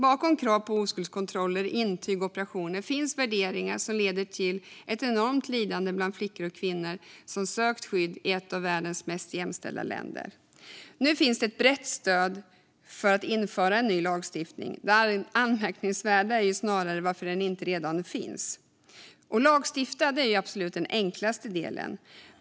Bakom krav på oskuldskontroller, intyg och operationer finns värderingar som leder till ett enormt lidande bland flickor och kvinnor som sökt skydd i ett av världens mest jämställda länder. Nu finns det ett brett stöd för att införa en ny lagstiftning. Det anmärkningsvärda är att den inte redan finns. Att lagstifta är absolut den enklaste delen.